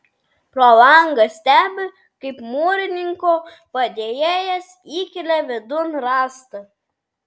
pro langą stebi kaip mūrininko padėjėjas įkelia vidun rąstą